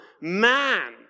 man